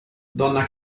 donna